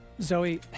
Zoe